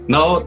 Now